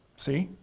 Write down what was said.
see,